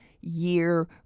year